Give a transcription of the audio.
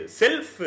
self